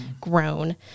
grown